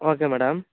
okay madam